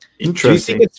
Interesting